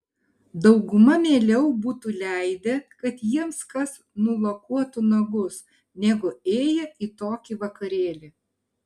dauguma mieliau būtų leidę kad jiems kas nulakuotų nagus negu ėję į tokį vakarėlį